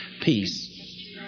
peace